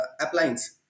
appliance